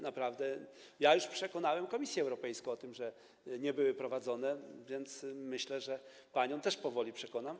Naprawdę przekonałem już Komisję Europejską o tym, że nie były prowadzone, więc myślę, że panią też powoli przekonam.